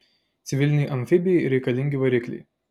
civilinei amfibijai reikalingi varikliai